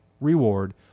reward